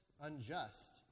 unjust